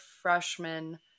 freshman